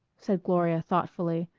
said gloria thoughtfully,